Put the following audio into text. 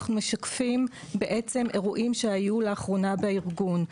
אנחנו משקפים אירועים שהיו לאחרונה בארגון.